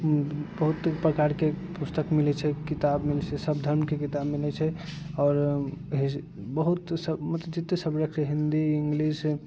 बहुत प्रकारके पुस्तक मिलै छै किताब मिलै छै सब धर्मके किताब मिलै छै आओर बहुत मतलब जते सब्जेक्ट हिन्दी इङ्गलिश